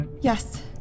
Yes